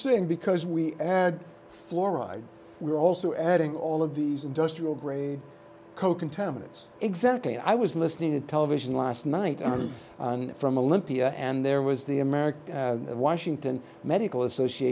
seeing because we had fluoride we're also adding all of these industrial grade coal contaminants exactly i was listening to television last night on from a limpia and there was the american the washington medical